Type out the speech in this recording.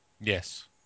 yes